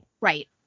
Right